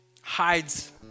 hides